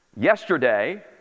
yesterday